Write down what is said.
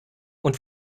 und